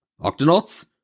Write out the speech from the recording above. Octonauts